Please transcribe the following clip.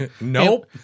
Nope